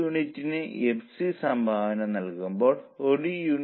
875ൽ നിന്ന് 8 കുറയ്ക്കുമ്പോൾ അത് 7